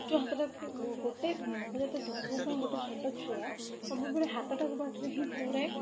ଯେଉଁ ହାତଟା କି ଗୋଟେ ନବଜାତ ଶିଶୁ ବା ଗୋଟେ ଛୋଟ ଛୁଆ ସବୁବେଳେ ହାତଟାକୁ ପାଟିରେ ହିଁ ପୁରାଏ